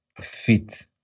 fit